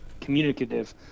communicative